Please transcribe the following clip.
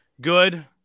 good